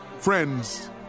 Friends